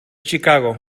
chicago